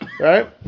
right